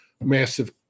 massive